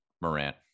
Morant